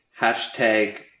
hashtag